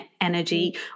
energy